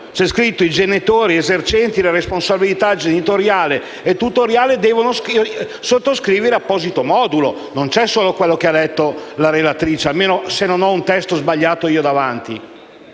c'è scritto che i genitori esercenti la responsabilità genitoriale e tutoriale devono sottoscrivere apposito modulo. Non c'è solo quello che ha detto la relatrice, a meno che io non abbia davanti